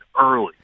early